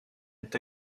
est